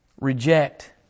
reject